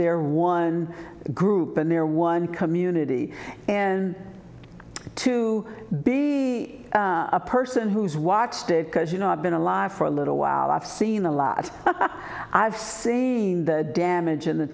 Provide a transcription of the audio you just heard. their one group and their one community and to be a person who's watched it because you know i've been alive for a little while i've seen a lot i've seen the damage in the